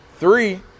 three